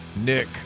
Nick